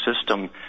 system